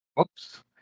Oops